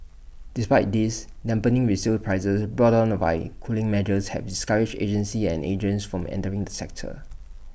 despite this dampening resale prices brought on the by cooling measures have discouraged agencies and agents from entering the sector